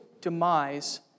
demise